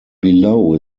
below